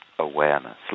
Awareness